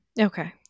Okay